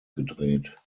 gedreht